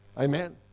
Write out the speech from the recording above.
Amen